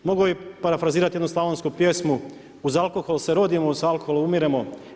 Mogu i parafrazirati jednu slavonsku pjesmu, uz alkohol se rodimo, uz alkohol umiremo.